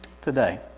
today